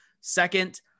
second